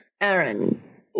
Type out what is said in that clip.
aaron